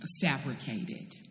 fabricated